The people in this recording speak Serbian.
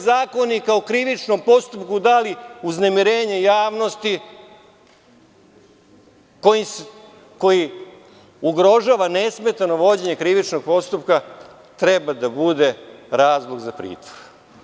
Zakonika o krivičnom postupku – da li uznemirenje javnosti, koji ugrožava nesmetano vođenje krivičnog postupka treba da bude razlog za pritvor?